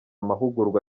mahugurwa